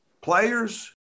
players